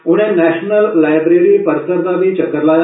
उनें national library परिसर दा बी चक्कर लाया